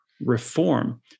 reform